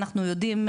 אנחנו יודעים,